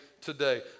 today